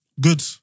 Good